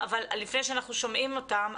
אבל לפני שאנחנו שומעים אותם,